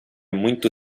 muito